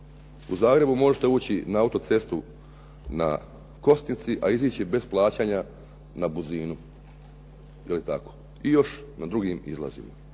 u Zagrebu možete ući na autocestu na Kosnici, a izići bez plaćanja na Buzinu. To je tako i još na drugim izlazima.